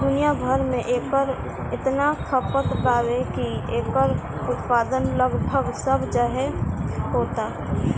दुनिया भर में एकर इतना खपत बावे की एकर उत्पादन लगभग सब जगहे होता